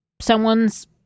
someone's